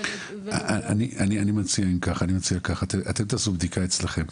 אני מציע אם כך, אתם תעשו בדיקה אצלכם,